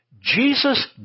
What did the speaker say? Jesus